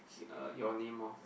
uh your name orh